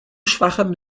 schwachem